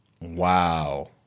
Wow